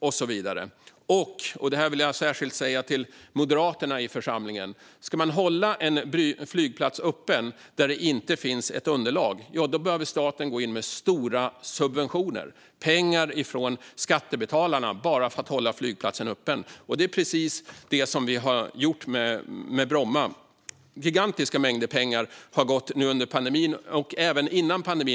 Och nu vänder jag mig särskilt till Moderaterna: Ska man hålla en flygplats öppen där det inte finns ett underlag behöver staten gå in med stora subventioner. Det behövs pengar från skattebetalarna bara för att hålla flygplatsen öppen. Det är precis detta som vi har gjort med Bromma. Gigantiska mängder pengar har gått till Bromma nu under pandemin och även före pandemin.